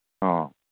ꯑꯣ